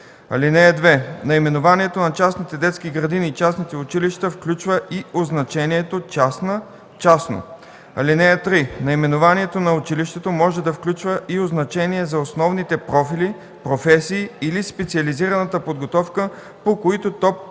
(2) Наименованието на частните детски градини и частните училища включва и означението „частна”, „частно”. (3) Наименованието на училището може да включва и означение за основните профили, професии или специализираната подготовка, по които то провежда